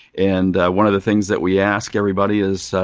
and one of the things that we ask everybody is,